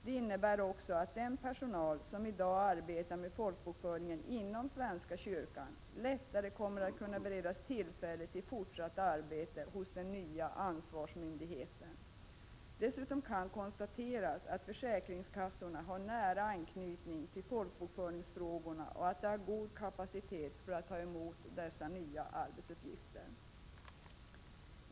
Det innebär också att den personal som i dag arbetar med folkbokföringen inom svenska kyrkan lättare kommer att kunna beredas tillfälle till fortsatt arbete hos den nya ansvarsmyndigheten. Dessutom kan man konstatera att försäkringskassorna har nära anknytning till folkbokföringsfrågorna och att de har god kapacitet för att ta mot dessa nya arbetsuppgifter.